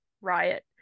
riot